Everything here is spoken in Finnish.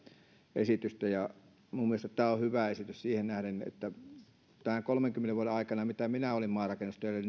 esitystä ja minun mielestäni tämä on hyvä esitys siihen nähden että tämän kolmenkymmenen vuoden aikana mitä minä olen maanrakennustöitä